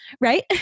right